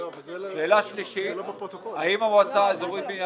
עירונית נועדה למימון כלל פעולות הרשות בהיבטי שכר,